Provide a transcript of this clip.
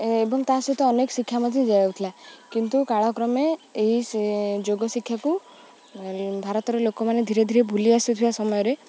ଏବଂ ତା' ସହିତ ଅନେକ ଶିକ୍ଷା ମଧ୍ୟ ଦିଆଯାଉଥିଲା କିନ୍ତୁ କାଳକ୍ରମେ ଏହି ଯୋଗ ଶିକ୍ଷାକୁ ଭାରତର ଲୋକମାନେ ଧୀରେ ଧୀରେ ବୁଲି ଆସୁଥିବା ସମୟରେ